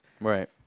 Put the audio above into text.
Right